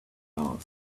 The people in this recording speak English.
asked